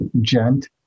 gent